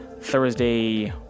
Thursday